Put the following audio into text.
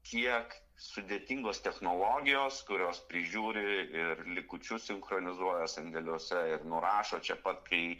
kiek sudėtingos technologijos kurios prižiūri ir likučius sinchronizuoja sandėliuose ir nurašo čia pat kai